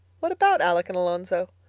what about alec and alonzo?